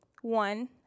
One